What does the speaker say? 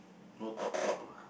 no top top lah